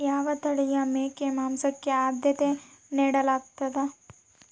ಯಾವ ತಳಿಯ ಮೇಕೆ ಮಾಂಸಕ್ಕೆ, ಆದ್ಯತೆ ನೇಡಲಾಗ್ತದ?